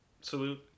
salute